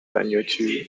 vanuatu